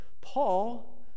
Paul